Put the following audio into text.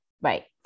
Right